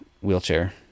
wheelchair